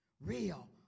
real